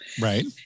right